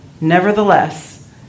Nevertheless